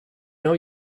know